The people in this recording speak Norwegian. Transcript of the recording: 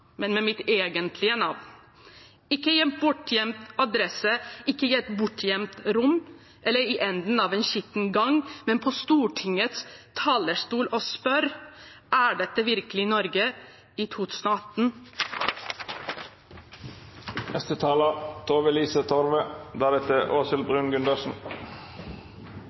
men med mitt egentlige navn, ikke på en bortgjemt adresse, ikke i et bortgjemt rom eller i enden av en skitten gang, men på Stortingets talerstol, og spør: Er dette virkelig Norge i